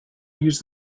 use